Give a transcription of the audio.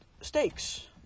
Steaks